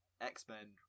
X-Men